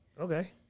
okay